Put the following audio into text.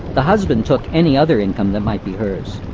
the husband took any other income that might be hers.